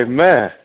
Amen